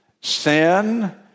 sin